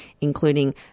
including